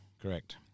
correct